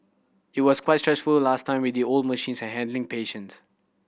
it was quite stressful last time with the old machines and handling patients